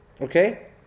Okay